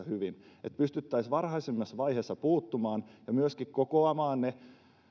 hyvin niin pystyttäisiin varhaisemmassa vaiheessa puuttumaan ja myöskin kokoamaan ne